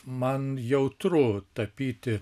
man jautru tapyti